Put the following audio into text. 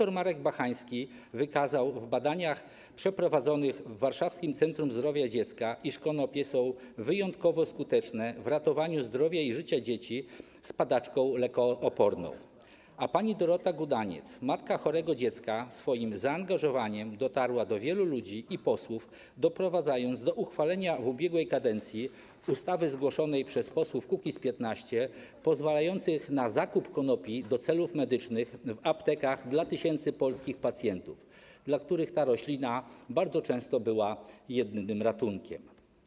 Dr Marek Bachański wykazał w badaniach przeprowadzonych w warszawskim Centrum Zdrowia Dziecka, iż konopie są wyjątkowo skuteczne w ratowaniu zdrowia i życia dzieci z padaczką lekooporną, a pani Dorota Gudaniec, matka chorego dziecka, swoim zaangażowaniem dotarła do wielu ludzi i posłów, doprowadzając do uchwalenia w ubiegłej kadencji ustawy zgłoszonej przez posłów Kukiz’15, pozwalającej na zakup konopi do celów medycznych w aptekach dla tysięcy polskich pacjentów, dla których ta roślina bardzo często była jedynym ratunkiem.